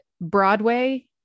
Broadway